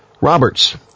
Roberts